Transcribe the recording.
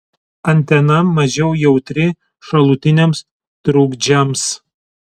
antena mažiau jautri šalutiniams trukdžiams